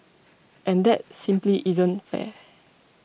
and that simply isn't fair